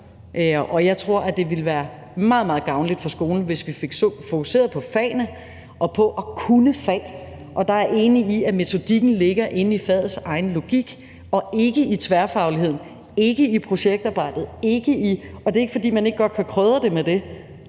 Jeg tror, at det ville være meget, meget gavnligt for skolen, hvis vi fik fokuseret på fagene og på at kunne fag, og der er jeg enig i, at metodikken ligger inde i fagets egen logik og ikke i tværfagligheden og ikke i projektarbejdet. Og det er ikke, fordi man ikke godt kan krydre det med det.